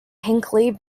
hinckley